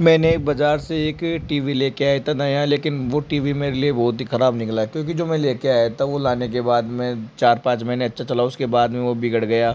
मैंने एक बाज़ार से एक टी वी लेके आया था नया लेकिन वह टी वी मेरे लिए बहुत ही ख़राब निकला क्योंकि जो मैं लेकर आया था वह लाने के बाद में चार पाँच महीने अच्छा चला उसके बाद में वह बिगड़ गया